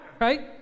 right